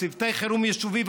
צוותי חירום יישוביים,